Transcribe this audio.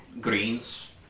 greens